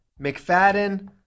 McFadden